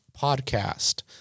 podcast